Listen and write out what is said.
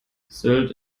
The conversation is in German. sylt